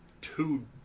two